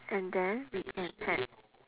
and then we can have